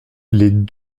les